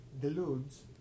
Deludes